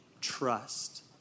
trust